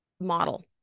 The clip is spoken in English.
model